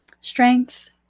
Strength